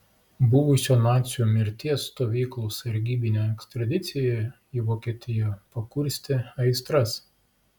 buvusio nacių mirties stovyklų sargybinio ekstradicija į vokietiją pakurstė aistras